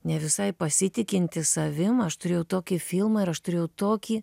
ne visai pasitikinti savim aš turėjau tokį filmą ir aš turėjau tokį